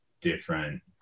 different